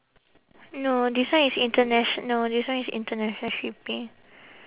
no this one is international this one is international shipping